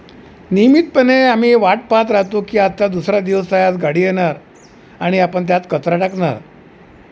नियमितपणे आम्ही वाट पाहात राहतो की आत्ता दुसरा दिवस आहे आज गाडी येणार आणि आपण त्यात कचरा टाकणार